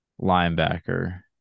linebacker